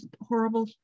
horrible